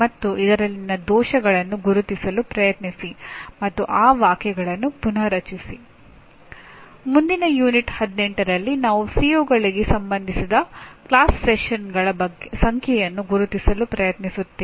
ಉತ್ತಮ ಕಲಿಕೆಗೆ ಅನುಕೂಲವಾಗುವಂತೆ ಮೌಲ್ಯಮಾಪನದ ಕೇಂದ್ರೀಯತೆಯನ್ನು ನಾವು ವಿಶೇಷವಾಗಿ ಒತ್ತಿಹೇಳುತ್ತೇವೆ